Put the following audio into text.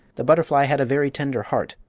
the butterfly had a very tender heart,